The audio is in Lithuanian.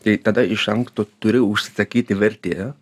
tai tada iš anksto turi užsisakyti vertėją